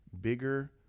bigger